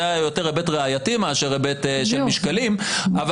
היה יותר היבט ראייתי מאשר היבט של משקלים,